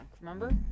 remember